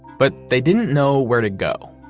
but they didn't know where to go